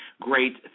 great